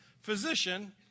Physician